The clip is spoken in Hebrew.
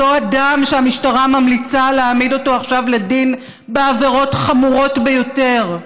אותו אדם שהמשטרה ממליצה להעמיד אותו עכשיו לדין בעבירות חמורות ביותר,